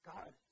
God